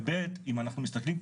ו-ב' אם אנחנו מסתכלים,